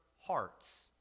hearts